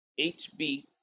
HB